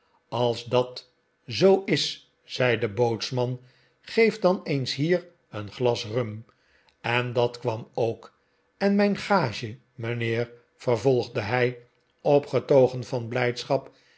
als dat zoo is zei de bootsman geef dan eens hier een glas rum en dat kwam ook tr en mijn gage mijnheer vervolgde hij opgetogen van blijdschap